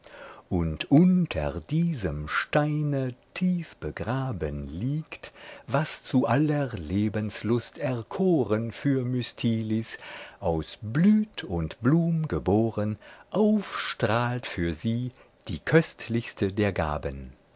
und unter diesem steine tief begraben liegt was zu aller lebenslust erkoren für mystilis aus blüt und blum geboren aufstrahlt für sie die köstlichste der gaben